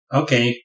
okay